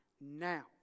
now